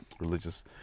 religious